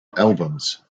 albums